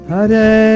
Hare